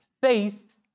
faith